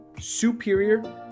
superior